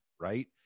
right